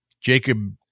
Jacob